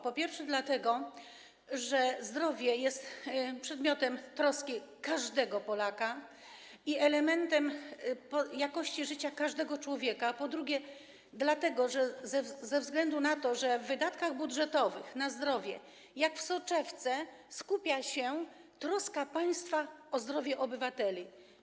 Po pierwsze, dlatego że zdrowie jest przedmiotem troski każdego Polaka i elementem jakości życia każdego człowieka, a po drugie, dlatego że ze względu na to, że w wydatkach budżetowych na zdrowie jak w soczewce skupia się troska państwa o zdrowie obywateli.